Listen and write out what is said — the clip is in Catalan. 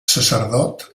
sacerdot